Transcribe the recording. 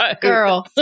Girl